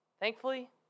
Thankfully